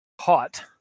hot